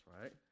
right